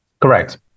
Correct